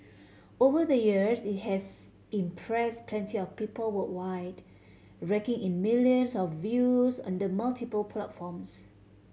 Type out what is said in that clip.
over the years it has impress plenty of people worldwide raking in millions of views on the multiple platforms